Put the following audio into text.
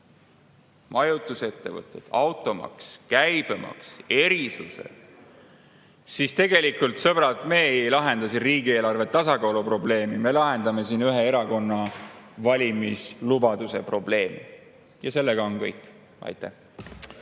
majutusettevõtted, automaks, käibemaks, erisused –, siis tegelikult, sõbrad, me ei lahenda siin mitte riigieelarve tasakaalu probleemi, vaid me lahendame siin ühe erakonna valimislubaduse probleemi. Ja sellega on kõik. Aitäh!